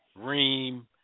Reem